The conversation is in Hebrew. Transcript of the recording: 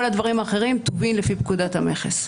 כל הדברים האחרים הם לפי פקודת המכס.